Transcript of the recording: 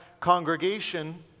congregation